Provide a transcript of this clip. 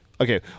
Okay